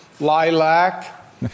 Lilac